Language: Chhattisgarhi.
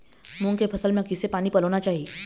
मूंग के फसल म किसे पानी पलोना चाही?